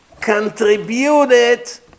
contributed